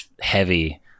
heavy